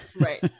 Right